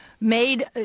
made